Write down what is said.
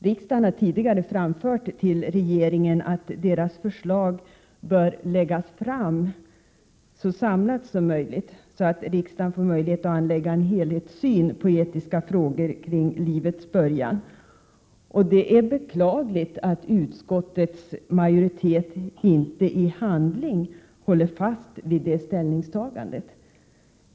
Riksdagen har tidigare gett regeringen till känna att regeringens förslag bör läggas fram på ett så samlat sätt som möjligt, så att riksdagen får möjlighet att framföra en helhetssyn på etiska frågor kring livets början. Det är beklagligt att utskottsmajoriteten i handling inte håller fast vid det ställningstagandet.